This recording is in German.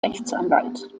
rechtsanwalt